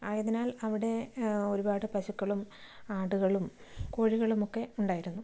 ആയതിനാൽ അവിടെ ഒരുപാട് പശുക്കളും ആടുകളൂം കോഴികളുമൊക്കെ ഉണ്ടായിരുന്നു